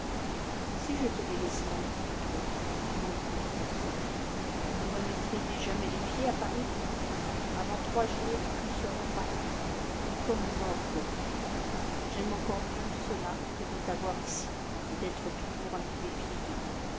si je te les laissais emmener toi amandine et françois vous ne remettriez jamais les pieds à paris avant trois jours nous serions partis et comme morts pour vous j'aime encore mieux cela que de t'avoir ici et d'être toujours à me défier d'eux